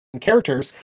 characters